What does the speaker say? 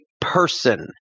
person